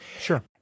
Sure